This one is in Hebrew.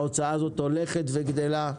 ההוצאה הזו הולכת וגדלה.